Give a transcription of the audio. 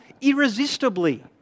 irresistibly